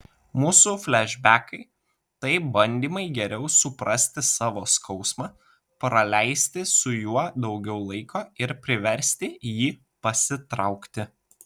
mūsų flešbekai tai bandymai geriau suprasti savo skausmą praleisti su juo daugiau laiko ir priversti jį pasitraukti